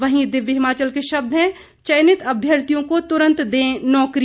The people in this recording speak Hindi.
वहीं दिव्य हिमाचल के शब्द हैं चयनित अभ्यर्थियों को तुरंत दें नौकरी